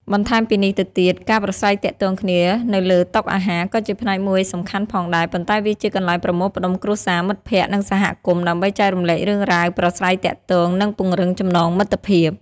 បន្ថែមពីនេះទៅទៀត ការប្រាស្រ័យទាក់ទងគ្នានៅលើតុអាហារក៏ជាផ្នែកមួយសំខាន់ផងដែរ ប៉ុន្តែវាជា កន្លែងប្រមូលផ្តុំគ្រួសារ មិត្តភ័ក្តិ និងសហគមន៍ ដើម្បីចែករំលែករឿងរ៉ាវ ប្រាស្រ័យទាក់ទង និងពង្រឹងចំណងមិត្តភាព។